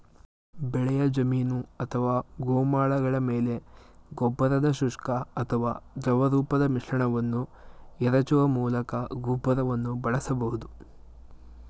ಬೆಳೆಯ ಜಮೀನು ಅಥವಾ ಗೋಮಾಳಗಳ ಮೇಲೆ ಗೊಬ್ಬರದ ಶುಷ್ಕ ಅಥವಾ ದ್ರವರೂಪದ ಮಿಶ್ರಣವನ್ನು ಎರಚುವ ಮೂಲಕ ಗೊಬ್ಬರವನ್ನು ಬಳಸಬಹುದು